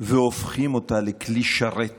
והופכים אותה לכלי שרת